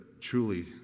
truly